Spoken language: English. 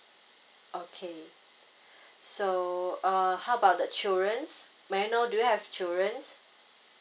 okay so uh how about the children may I know do you have children